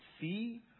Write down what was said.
see